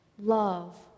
Love